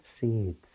seeds